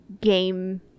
game